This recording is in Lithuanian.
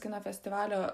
kino festivalio